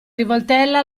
rivoltella